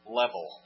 level